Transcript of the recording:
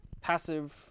Passive